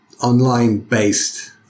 online-based